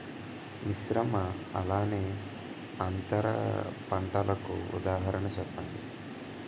మిశ్రమ అలానే అంతర పంటలకు ఉదాహరణ చెప్పండి?